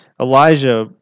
Elijah